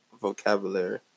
vocabulary